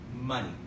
money